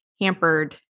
hampered